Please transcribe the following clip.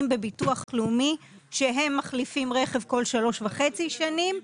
בביטוח לאומי שהם מחליפים רכב כל שלוש וחצי שנים.